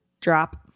drop